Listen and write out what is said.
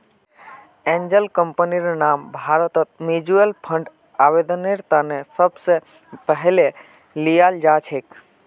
angel कम्पनीर नाम भारतत म्युच्युअल फंडर आवेदनेर त न सबस पहले ल्याल जा छेक